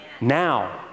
now